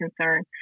concern